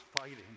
fighting